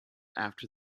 after